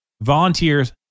volunteers